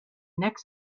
next